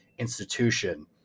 institution